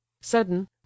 Sudden